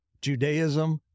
Judaism